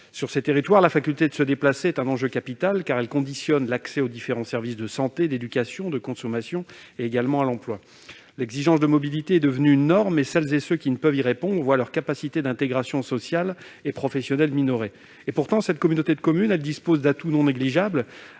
type de territoire, la faculté de se déplacer est un enjeu capital, car elle conditionne l'accès aux différents services, de santé, d'éducation, de consommation, et également à l'emploi. L'exigence de mobilité est devenue une norme et celles et ceux qui ne peuvent y répondre voient leurs capacités d'intégration sociale et professionnelle minorées. Pourtant, cette communauté de communes dispose d'atouts non négligeables,